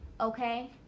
okay